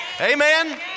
Amen